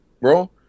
bro